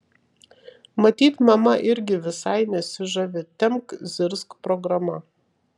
matyt mama irgi visai nesižavi tempk zirzk programa